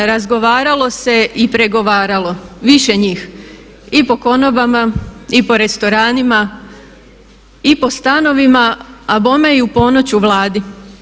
Razgovaralo se i pregovaralo, više njih i po konobama i po restoranima i po stanovima, a bome i u ponoć u Vladi.